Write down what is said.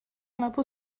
l’impôt